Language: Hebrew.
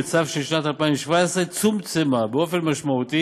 בצו של שנת 2017 צומצמה באופן משמעותי